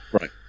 Right